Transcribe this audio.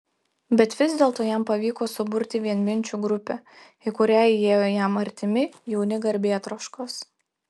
bet vis dėlto jam pavyko suburti vienminčių grupę į kurią įėjo jam artimi jauni garbėtroškos